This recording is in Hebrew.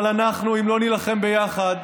אבל אם לא נילחם ביחד,